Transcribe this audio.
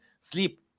sleep